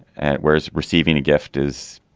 and whereas receiving a gift is,